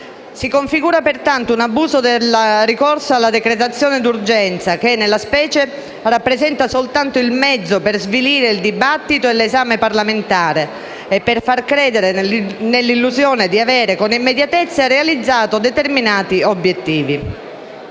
Si configura, pertanto, un abuso del ricorso alla decretazione d'urgenza che, nella fattispecie, rappresenta soltanto il mezzo per svilire il dibattito e l'esame parlamentare e per far credere nell'illusione di avere realizzato, con immediatezza, determinati obiettivi.